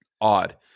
odd